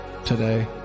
Today